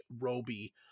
Roby